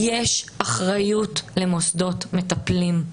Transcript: יש אחריות למוסדות מטפלים,